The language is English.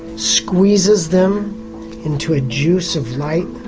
squeezes them into a juice of light,